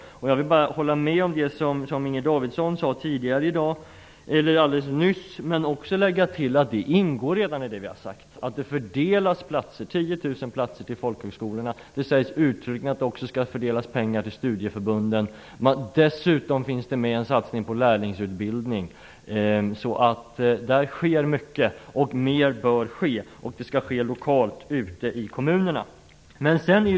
Jag håller med om det som Inger Davidson sade alldeles nyss, men jag vill tillägga att det ingår i det som vi har sagt att 10 000 platser fördelas till folkhögskolorna. Det sägs uttryckligen att det också skall fördelas pengar till studieförbunden. Dessutom finns en satsning på lärlingsutbildning med. Det sker mycket. Mer bör ske, och det skall ske lokalt ute i kommunerna.